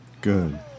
Good